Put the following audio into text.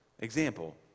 Example